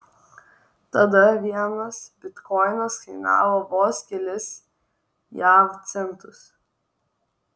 tada vienas bitkoinas kainavo vos kelis jav centus